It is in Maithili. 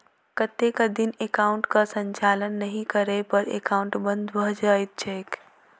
कतेक दिन एकाउंटक संचालन नहि करै पर एकाउन्ट बन्द भऽ जाइत छैक?